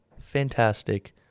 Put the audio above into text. fantastic